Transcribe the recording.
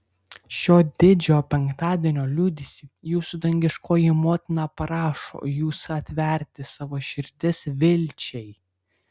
šio didžiojo penktadienio liūdesy jūsų dangiškoji motina prašo jūsų atverti savo širdis vilčiai